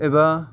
एबा